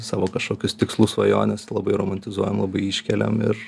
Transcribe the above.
savo kažkokius tikslus svajones labai romantizuojam labai iškeliam ir